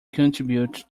contribute